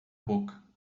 boca